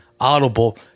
Audible